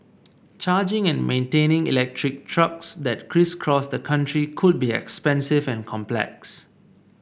charging and maintaining electric trucks that crisscross the country could be expensive and complex